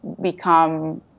become